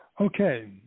Okay